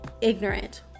ignorant